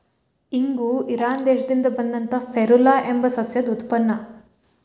ಇಂಗು ಇರಾನ್ ದೇಶದಿಂದ ಬಂದಂತಾ ಫೆರುಲಾ ಎಂಬ ಸಸ್ಯದ ಉತ್ಪನ್ನ